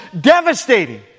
devastating